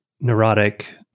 neurotic